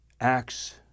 acts